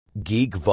Geek